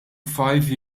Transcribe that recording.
five